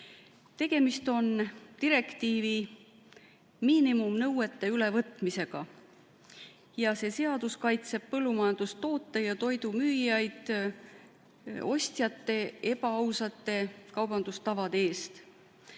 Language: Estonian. Tegemist on direktiivi miinimumnõuete ülevõtmisega. See seadus kaitseb põllumajandustoote ja toidu müüjaid ostjate ebaausate kaubandustavade eest.